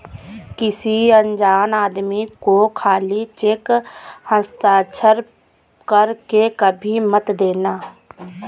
किसी अनजान आदमी को खाली चेक हस्ताक्षर कर के कभी मत देना